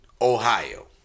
Ohio